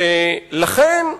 ולכן,